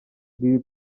iri